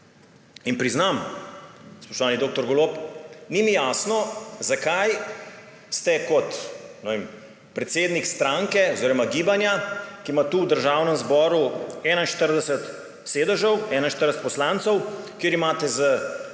Priznam, spoštovani dr. Golob, ni mi jasno, zakaj ste kot predsednik stranke oziroma gibanja, ki ima tukaj v Državnem zboru 41 sedežev, 41 poslancev, kjer imate s